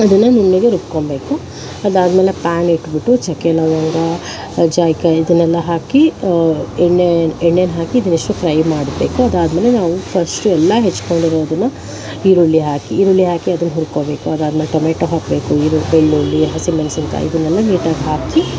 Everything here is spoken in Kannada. ಅದನ್ನು ನುಣ್ಣಗೆ ರುಬ್ಕೊಬೇಕು ಅದಾದಮೇಲೆ ಪ್ಯಾನ್ ಇಟ್ಬಿಟ್ಟು ಚಕ್ಕೆ ಲವಂಗ ಜಾಯಿಕಾಯಿ ಇದನ್ನೆಲ್ಲ ಹಾಕಿ ಎಣ್ಣೆ ಎಣ್ಣೆಯನ್ನ ಹಾಕಿ ಇದನ್ನಿಷ್ಟು ಫ್ರೈ ಮಾಡಬೇಕು ಅದಾದಮೇಲೆ ನಾವು ಫಸ್ಟು ಎಲ್ಲ ಹೆಚ್ಕೊಂಡಿರೋದನ್ನು ಈರುಳ್ಳಿ ಹಾಕಿ ಈರುಳ್ಳಿ ಹಾಕಿ ಅದನ್ನು ಹುರ್ಕೊಬೇಕು ಅದಾದಮೇಲೆ ಟೊಮೆಟೊ ಹಾಕಬೇಕು ಈರುಳ್ಳಿ ಬೆಳ್ಳುಳ್ಳಿ ಹಸಿ ಮೆಣಸಿನಕಾಯಿ ಇದನ್ನೆಲ್ಲ ನೀಟಾಗಿ ಹಾಕಿ